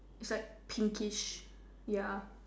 it's like pinkish ya